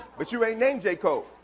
but you ain't named j. cole.